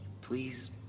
Please